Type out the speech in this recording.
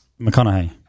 McConaughey